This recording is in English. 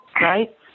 right